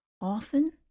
Often